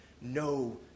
No